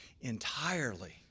entirely